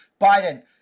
Biden